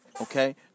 Okay